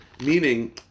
Meaning